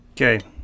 Okay